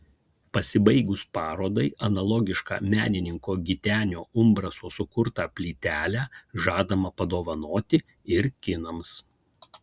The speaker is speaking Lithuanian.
pasibaigus parodai analogišką menininko gitenio umbraso sukurtą plytelę žadama padovanoti ir kinams